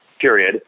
period